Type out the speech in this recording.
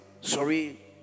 sorry